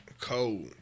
Cold